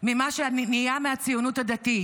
ממה שנהיה מהציונות הדתית.